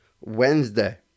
Wednesday